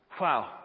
Wow